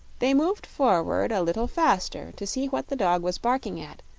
they moved forward a little faster to see what the dog was barking at,